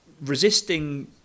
resisting